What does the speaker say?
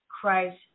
Christ